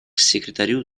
секретарю